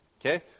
Okay